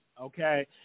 okay